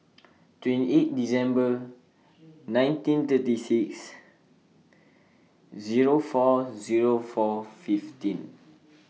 twenty eight December nineteen thirty six Zero four Zero four fifteen